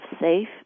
safe